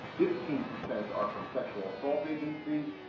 fifteen percent are from sexual assault agencies.